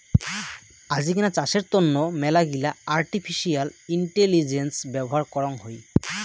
আজিকেনা চাষের তন্ন মেলাগিলা আর্টিফিশিয়াল ইন্টেলিজেন্স ব্যবহার করং হই